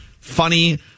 funny